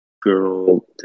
girl